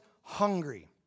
hungry